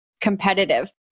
competitive